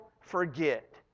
forget